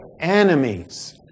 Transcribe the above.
enemies